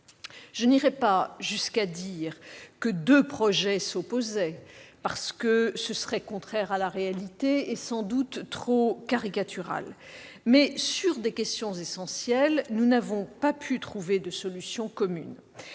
Sans aller jusqu'à dire que deux projets s'opposaient, ce qui serait contraire à la réalité et sans doute trop caricatural, je constate que sur des questions essentielles, nous n'avons pas pu trouver de solutions communes.